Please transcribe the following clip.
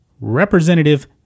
Representative